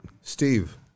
Steve